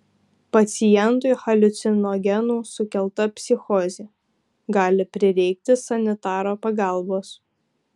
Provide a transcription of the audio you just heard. pacientui haliucinogenų sukelta psichozė gali prireikti sanitaro pagalbos